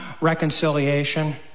reconciliation